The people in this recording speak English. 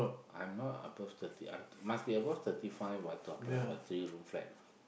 I'm not above thirty I'm must be above thirty five [what] to apply for for three room flat